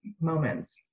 moments